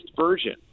version